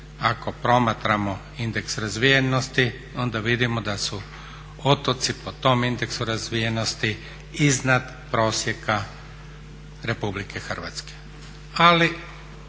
Ako promatramo indeks razvijenosti onda vidimo da su otoci po tom indeksu razvijenosti iznad prosjeka RH. Ali onaj